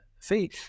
fee